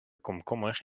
komkommer